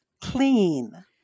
clean